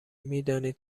میدانید